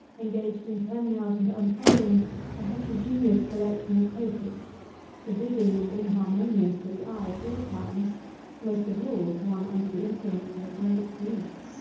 engaged in turning out and unfolding a heterogeneous collection of papers forbidding and inharmonious to the eye at all times most of all to one under the influence of a great grief.